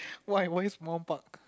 why why small park